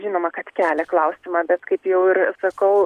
žinoma kad kelia klausimą bet kaip jau ir sakau